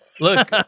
Look